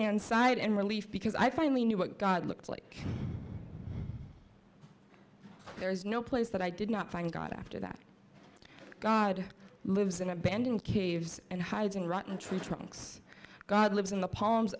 hand side in relief because i finally knew what god looked like there is no place that i did not find god after that god lives in abandoned caves and hides in rotten tree trunks god lives in the palms